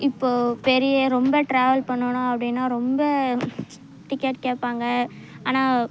இப்போது பெரிய ரொம்ப டிராவல் பண்ணணும் அப்படின்னா ரொம்ப டிக்கெட் கேட்பாங்க ஆனால்